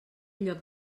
lloc